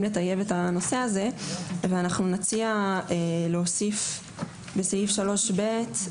לטייב את הנושא הזה ונציע להוסיף בסעיף 3(ב),